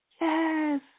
yes